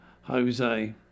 Jose